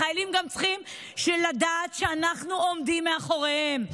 החיילים צריכים גם לדעת שאנחנו עומדים מאחוריהם,